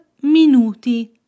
minuti